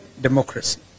democracy